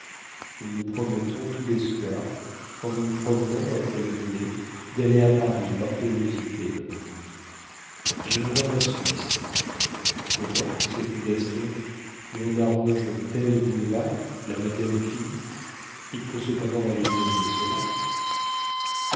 nous nous promettons tous les soirs en nous promenant après le dîner d'aller à paris par curiosité comme on dit j'irai voir la suisse comment s'écrie gaston mais on arrange tel boulevard la madeleine est finie il faut cependant aller examiner cela